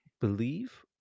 believe